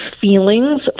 feelings